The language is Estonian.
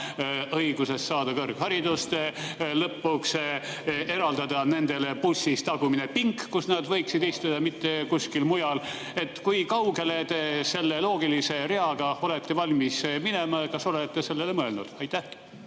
õigusest saada kõrgharidust, lõpuks eraldada nendele bussis tagumine pink, kus nad võiksid istuda, mitte kuskil mujal. Kui kaugele te selle loogilise reaga olete valmis minema? Kas olete sellele mõelnud? Aitäh!